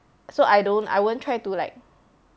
so I don't I won't try to like